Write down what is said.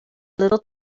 little